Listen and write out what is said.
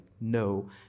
no